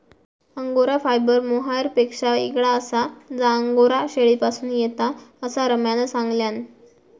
angora fibre मोहायरपेक्षा येगळा आसा जा अंगोरा शेळीपासून येता, असा रम्यान सांगल्यान